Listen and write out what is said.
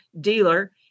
dealer